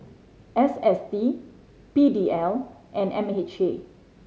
S S T P D L and M H A